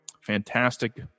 fantastic